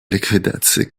ликвидации